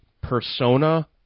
persona